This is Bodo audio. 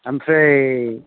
ओमफ्राय